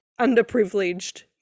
underprivileged